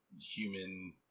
human